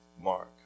Mark